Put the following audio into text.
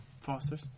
Foster's